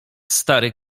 stary